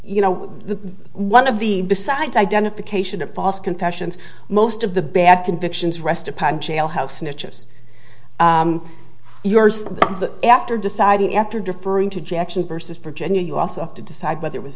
you know the one of the besides identification of false confessions most of the back to the fictions rest upon jailhouse snitches yours after deciding after deferring to jackson versus virginia you also have to decide whether it was